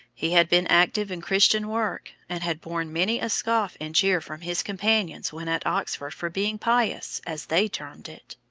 he had been active in christian work, and had borne many a scoff and jeer from his companions when at oxford for being pious, as they termed it.